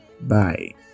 Bye